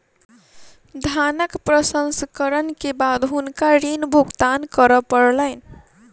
धानक प्रसंस्करण के बाद हुनका ऋण भुगतान करअ पड़लैन